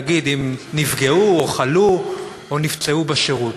נגיד אם נפגעו או חלו או נפצעו בשירות.